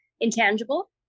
intangible